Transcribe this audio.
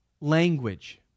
language